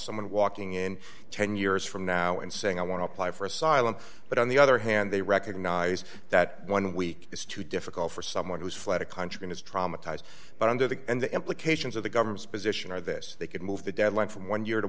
someone walking in ten years from now and saying i want to apply for asylum but on the other hand they recognize that one week is too difficult for someone who's fled a country that is traumatized but under the and the implications of the government's position are this they could move the deadline from one year to